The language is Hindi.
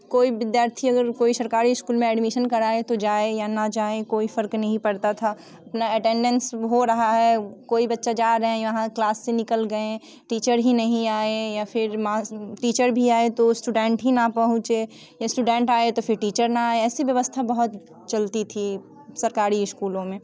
कोई विद्यार्थी अगर कोई सरकारी स्कूल में एडमिशन कराए तो जाए या ना जाए कोई फ़र्क़ नहीं पड़ता था ना अटेंडेंस हो रहा है कोई बच्चा जा रहे हैं यहाँ क्लास से निकल गाए टीचर ही नहीं आए या फिर मॉस टीचर भी आए तो स्टूडेंट ही ना पहुँचे इस्टूडेंट आए तो फिर टीचर ना आए ऐसी व्यवस्था बहुत चलती थी सरकारी स्कूलों में